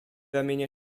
ramienia